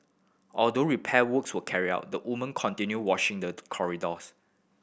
although repair work were carried out the woman continued washing the corridors